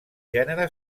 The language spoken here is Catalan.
gènere